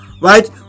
right